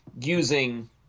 using